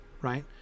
right